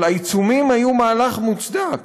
אבל העיצומים היו מהלך מוצדק,